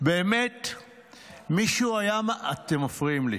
אתם מפריעים לי